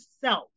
self